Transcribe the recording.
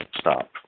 stop